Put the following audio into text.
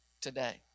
today